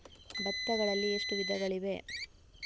ಭತ್ತಗಳಲ್ಲಿ ಎಷ್ಟು ವಿಧಗಳಿವೆ?